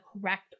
correct